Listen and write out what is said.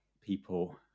people